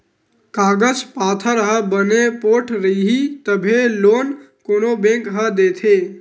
कागज पाथर ह बने पोठ रइही तभे लोन कोनो बेंक ह देथे